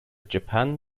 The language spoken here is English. japan